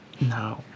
No